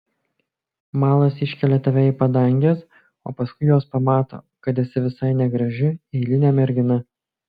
malas iškelia tave į padanges o paskui jos pamato kad esi visai negraži eilinė mergina